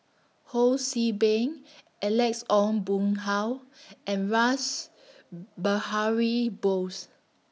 Ho See Beng Alex Ong Boon Hau and Rash Behari Bose